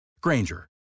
Granger